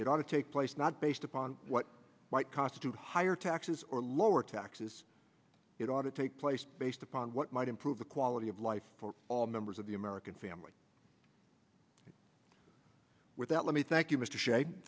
it ought to take place not based upon what might constitute higher taxes or lower taxes it ought to take place based upon what might improve the quality of life for all members of the american family with that let me thank you m